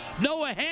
Noah